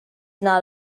not